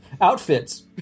outfits